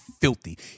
filthy